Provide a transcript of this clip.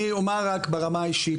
אני אומר רק ברמה האישית,